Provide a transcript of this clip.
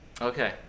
Okay